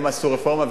הם עשו רפורמה,